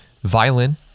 violin